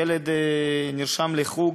ילד נרשם לחוג